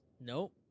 Nope